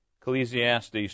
Ecclesiastes